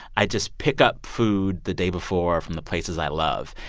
i just pick up food the day before from the places i love.